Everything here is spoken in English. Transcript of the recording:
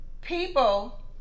people